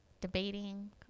debating